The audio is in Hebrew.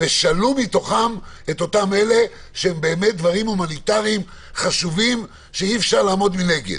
ושלו מתוכן את אלו שהן בנושאים הומניטריים שאי-אפשר לעמוד מנגד.